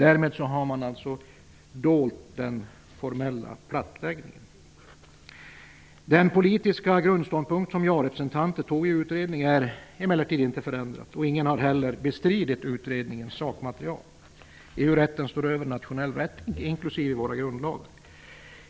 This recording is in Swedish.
Därmed har man dolt den formella plattläggningen. Den politiska grundståndpunkt som jarepresentanterna intog i utredningen har emellertid inte förändrats, och ingen har heller bestridit utredningens sakmaterial. EU-rätten står över nationell rätt, inklusive våra grundlagar.